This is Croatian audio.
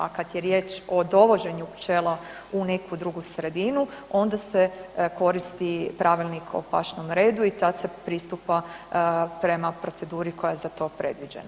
A kad je riječ o dovoženju pčela u neku drugu sredinu, onda se koristi Pravilnik o pašnom redu i tad se pristupa prema proceduri koja je za to predviđena.